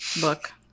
book